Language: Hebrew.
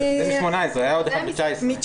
זה